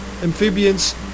amphibians